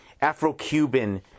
Afro-Cuban